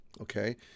Okay